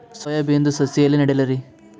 Soya ಬಿನದು ಸಸಿ ಎಲ್ಲಿ ನೆಡಲಿರಿ?